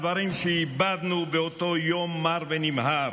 הדברים שאיבדנו באותו יום מר ונמהר